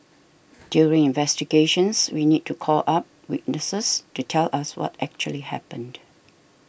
during investigations we need to call up witnesses to tell us what actually happened